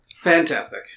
Fantastic